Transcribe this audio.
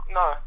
no